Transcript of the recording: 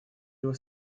его